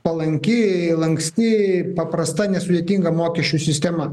palanki lanksti paprasta nesudėtinga mokesčių sistema